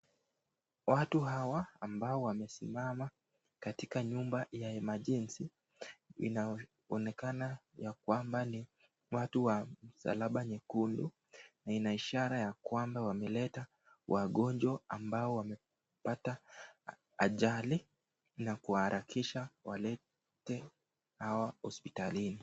Watu hawa ambao wamesimama katika nyumba ya imajensi, inaonekana ya kwamba ni watu wa msalaba nyekundu inaishara ya kwamba wameleta wagonjwa ambao wamepata ajali na kuharakisha kuwalete hawa hospitalini.